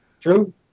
true